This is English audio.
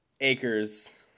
acres